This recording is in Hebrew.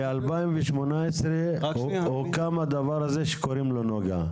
ב-2018 הוקם הדבר הזה שקוראים לו נגה.